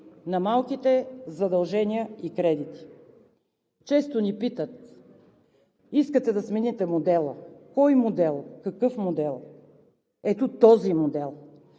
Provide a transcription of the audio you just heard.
на малките – задължения и кредити! Често ни питат: искате да смените модела – кой модел, какъв модел? Ето този модел,